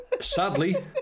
Sadly